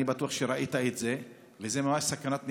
אני בטוח שראית את זה, וזה ממש סכנת נפשות.